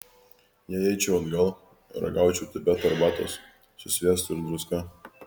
jei eičiau atgal ragaučiau tibeto arbatos su sviestu ir druska